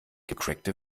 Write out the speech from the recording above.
gecrackte